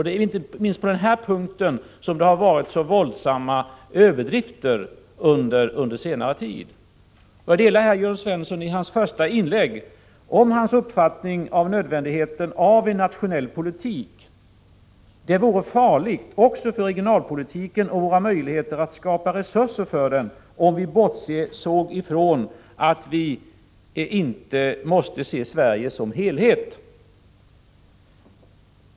Det är inte minst på den här punkten som det har varit så våldsamma överdrifter under senare tid. Jag delar den uppfattning Jörn Svensson framförde i sitt första inlägg om nödvändigheten av en nationell politik. Det vore farligt också för regionalpolitiken och våra möjligheter att skapa resurser för den, om vi bortsåg från att Sverige måste betraktas som en helhet.